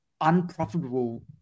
unprofitable